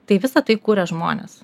tai visa tai kuria žmonės